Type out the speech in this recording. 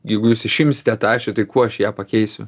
jeigu jūs išimsite tą ašį tai kuo aš ją pakeisiu